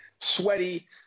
sweaty